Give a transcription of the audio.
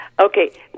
Okay